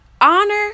Honor